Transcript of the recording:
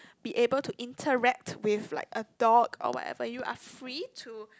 be able to interact with like a dog or whatever you are free to